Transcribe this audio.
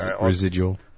residual